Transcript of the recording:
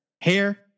Hair